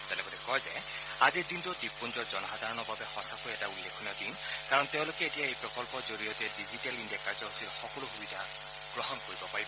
তেওঁ লগতে কয় যে আজিৰ দিনটো দ্বীপপুঞ্জৰ জনসাধাৰণৰ বাবে সঁচাকৈ এটা উল্লেখনীয় দিন কাৰণ তেওঁলোকে এতিয়া এই প্ৰকল্পৰ জৰিয়তে ডিজিটেল ইণ্ডিয়া কাৰ্যসূচীৰ সকলো সুবিধা গ্ৰহণ কৰিব পাৰিব